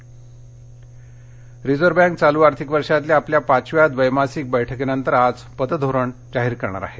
reserve bank reserve bank चालू आर्थिक वर्षातल्या आपल्या पाचव्या ड्रैमासिक बैठकीनंतर आज पात धोरण जाहीर करणार आहे